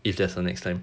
if there's a next time